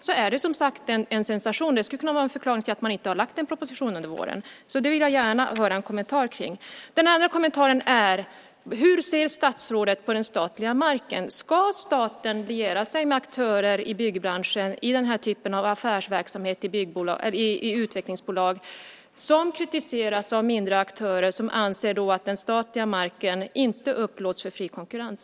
Det är i så fall en sensation. Det skulle kunna vara en förklaring till varför man inte har lagt fram en proposition under våren. Det vill jag gärna höra en kommentar om. Hur ser statsrådet på den statliga marken? Ska staten liera sig med aktörer i byggbranschen i den typen av affärsverksamhet i utvecklingsbolag som kritiseras av mindre aktörer som anser att den statliga marken inte upplåts för fri konkurrens?